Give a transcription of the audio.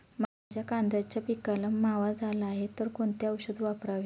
माझ्या कांद्याच्या पिकाला मावा झाला आहे तर कोणते औषध वापरावे?